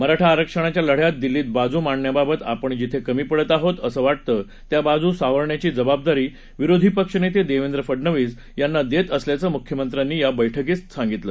मराठा आरक्षणाच्या लद्यात दिल्लीत बाजु मांडण्याबाबत आपण जिथे कमी पडत आहोत असं वाटतं त्या बाजू सारवण्याची जबाबदीर विरोधी पक्षनेते देवेंद्र फडणवीस यांना देत असल्याचं मुख्यमंत्र्यांनी या बैठकीत सांगितलं